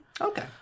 Okay